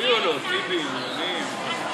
הפריעו לו, טיבי, עניינים.